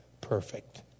perfect